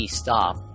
stop